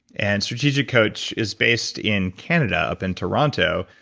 and strategic coach is based in canada, up in toronto,